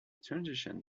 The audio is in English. transition